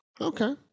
Okay